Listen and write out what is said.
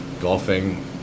golfing